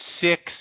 six